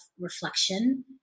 reflection